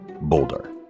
Boulder